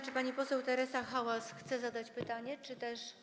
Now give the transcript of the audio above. Czy pani poseł Teresa Hałas chce zadać pytanie, czy też.